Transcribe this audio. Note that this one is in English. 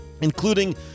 including